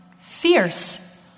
fierce